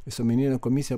visuomeninė komisija